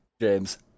James